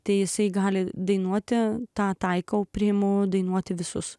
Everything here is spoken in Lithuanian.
tai jisai gali dainuoti tą taikau priimu dainuoti visus